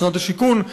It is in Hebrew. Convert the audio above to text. משרד השיכון,